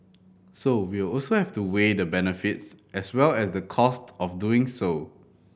so we'll also have to weigh the benefits as well as the cost of doing so